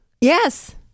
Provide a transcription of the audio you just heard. Yes